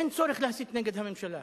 אין צורך להסית נגד הממשלה.